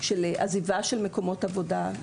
עזיבה של מקומות עבודה.